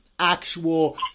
actual